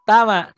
Tama